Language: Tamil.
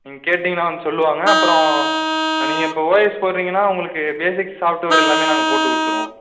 நீங்கள் கேட்டிங்கன்னால் வந்து சொல்லுவாங்க அப்பறம் நீங்கள் இப்போது ஓஎஸ் போட்டுறீங்கன்னா உங்களுக்கு பேசிக் சாஃப்ட்வேர் எல்லாமே நாங்கள் போட்டு கொடுத்துருவோம்